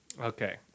Okay